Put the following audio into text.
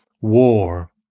war